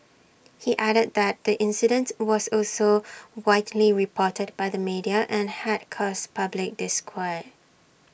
he added that the incident was also widely reported by the media and had caused public disquiet